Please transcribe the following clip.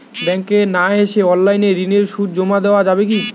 ব্যাংকে না এসে অনলাইনে ঋণের সুদ জমা দেওয়া যাবে কি?